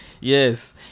Yes